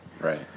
right